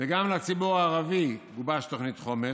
וגם לציבור הערבי גובשה תוכנית חומש,